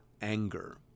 anger